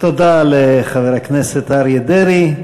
תודה לחבר הכנסת אריה דרעי.